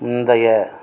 முந்தைய